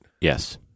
Yes